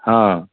हँ